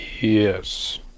Yes